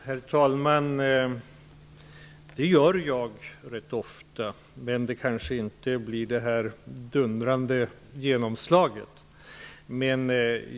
Herr talman! Det gör jag rätt ofta, men det kanske inte blir något dundrande genomslag.